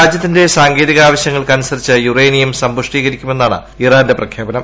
രാജ്യത്തിന്റെ സാങ്കേതിക ആവശ്യങ്ങൾക്ക് അനുസരിച്ച് യുറേനിയം സമ്പുഷ്ടീകരിക്കുമെന്നാണ് ഇറാന്റെ പ്രഖ്ചാപനം